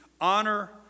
honor